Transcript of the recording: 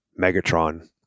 Megatron